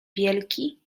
wielki